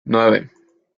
nueve